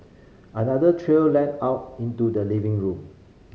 another trail led out into the living room